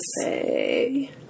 say